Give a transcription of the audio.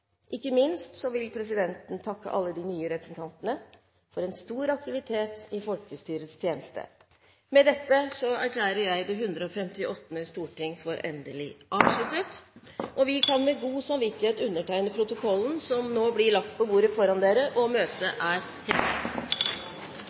Ikke minst vil presidenten takke alle de nye representantene for en stor aktivitet i folkestyrets tjeneste. Med dette erklærer jeg det 158. storting for endelig avsluttet. Vi kan med god samvittighet undertegne protokollen som ligger på bordet